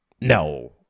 No